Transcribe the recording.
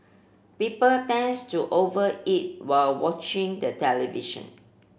people tends to over eat while watching the television